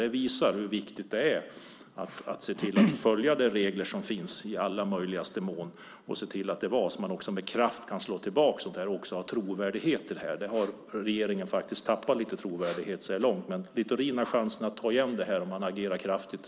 Det visar hur viktigt det är att följa de regler som finns i allra möjligaste mån så att man med kraft kan slå tillbaka med trovärdighet. Regeringen har tappat sin trovärdighet så här långt, men Littorin har chansen att ta den tillbaka om han agerar kraftfullt.